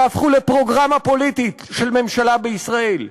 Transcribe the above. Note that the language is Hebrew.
יהפכו לפרוגרמה פוליטית של ממשלה בישראל.